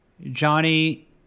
Johnny